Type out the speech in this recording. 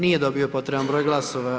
Nije dobio potreban broj glasova.